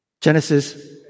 Genesis